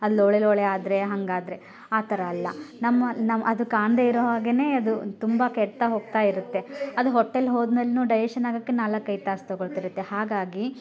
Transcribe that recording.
ಅದು ಲೋಳೆ ಲೋಳೆ ಆದರೆ ಹಂಗಾದರೆ ಆ ಥರ ಅಲ್ಲ ನಮ್ಮ ನಾವು ಅದು ಕಾಣದೇ ಇರೋ ಹಾಗೆನೇ ಅದು ತುಂಬ ಕೆಡ್ತಾ ಹೋಗ್ತಾ ಇರತ್ತೆ ಅದು ಹೊಟ್ಟೇಲಿ ಹೋದ್ಮೇಲೇನು ಡೈಜೇಷನ್ ಆಗಕ್ಕೆ ನಾಲ್ಕೈದು ತಾಸು ತೊಗೊಳ್ತಿರುತ್ತೆ ಹಾಗಾಗಿ